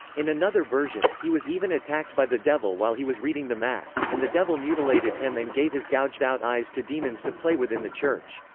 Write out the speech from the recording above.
in another version, he was even attacked by the devil while he was reading the mass, and the devil mutilated him and gave his gouged-out eyes to demons to play with in the church.